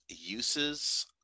uses